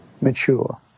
mature